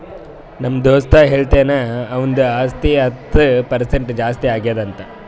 ನಮ್ದು ದೋಸ್ತ ಹೇಳತಿನು ಅವಂದು ಆಸ್ತಿ ಹತ್ತ್ ಪರ್ಸೆಂಟ್ ಜಾಸ್ತಿ ಆಗ್ಯಾದ್ ಅಂತ್